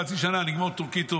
לפני חצי שנה: נגמור טורקי-טורקי,